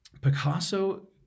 Picasso